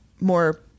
more